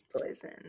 Poison